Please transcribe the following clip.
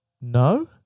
no